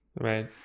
Right